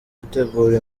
dutegura